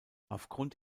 aufgrund